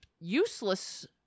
useless